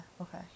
okay